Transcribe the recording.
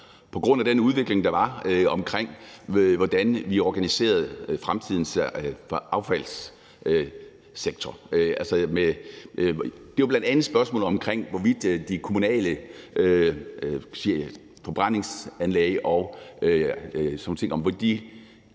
på grund af den udvikling, der var, i forhold til hvordan vi organiserer fremtidens affaldssektor. Det var bl.a. spørgsmålet om, hvorvidt de kommunale forbrændingsanlæg og sådan nogle ting skulle over